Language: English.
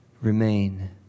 remain